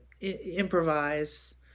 improvise